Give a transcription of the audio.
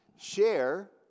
share